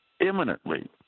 imminently